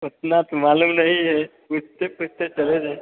उतना तो मालूम नहीं है पूछते पूछते चले जाएँगे